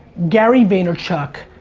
gary vanyerchuk